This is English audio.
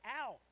out